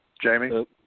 Jamie